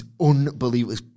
unbelievable